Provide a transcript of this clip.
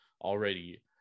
already